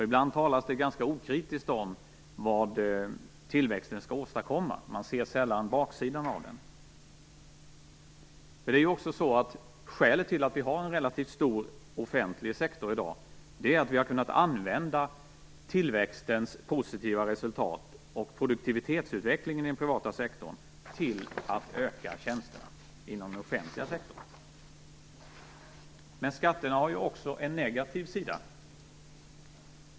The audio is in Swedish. Ibland talas det ganska okritiskt om vad tillväxten skall åstadkomma. Man ser sällan baksidan av den. Skälet till att vi har en relativt stor offentlig sektor i dag är att vi har kunnat använda tillväxtens positiva resultat och produktivitetsutvecklingen i den privata sektorn till att utöka tjänsterna inom den offentliga sektorn. Men skatterna har ju också en negativ sida.